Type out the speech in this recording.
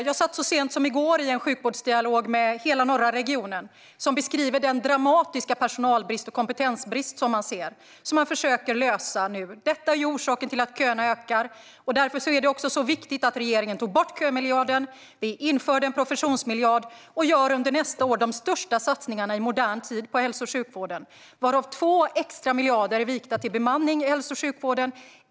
Jag satt så sent som i går i en sjukvårdsdialog med hela den norra regionen, som beskriver den dramatiska personalbrist och kompetensbrist som man ser och som man försöker lösa nu. Detta är orsaken till att köerna ökar. Därför är det också så viktigt att regeringen tog bort kömiljarden. Vi införde en professionsmiljard och gör under nästa år de största satsningarna i modern tid på hälso och sjukvården. Två extra miljarder är vikta till bemanning i hälso och sjukvården.